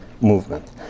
movement